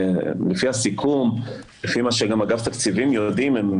לפי הסיכום ולפי מה שגם אגף תקציבים יודעים,